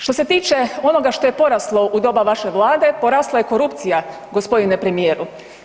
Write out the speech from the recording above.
Što se tiče onoga što je poraslo u doba vaše vlade, porasla je korupcija g. premijeru.